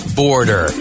border